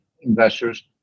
investors